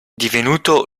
divenuto